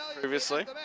previously